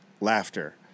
laughter